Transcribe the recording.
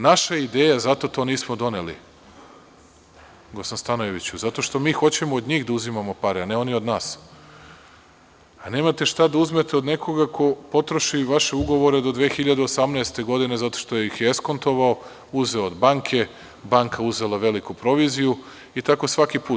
Naša ideja, zato to nismo doneli, gospodine Stanojeviću, zato što mi hoćemo od njih da uzimamo pare a ne oni od nas, a nemate šta da uzmete od nekoga ko potroši vaše ugovore do 2018. godine, zato što ih je eskontovao, uzeo od banke, banka uzela veliku proviziju i tako svaki put.